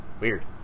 weird